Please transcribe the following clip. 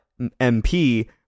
MP